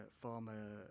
former